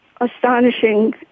astonishing